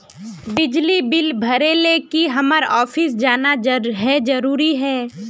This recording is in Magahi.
बिजली बिल भरे ले की हम्मर ऑफिस जाना है जरूरी है?